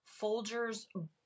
Folgers